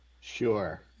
Sure